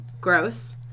gross